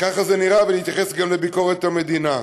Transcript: ככה זה נראה, ואני אתייחס גם לביקורת המדינה.